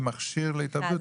היא מכשיר להתאבדות,